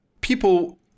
people